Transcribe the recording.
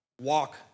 walk